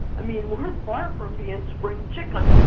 i mean, we're far from being spring chickens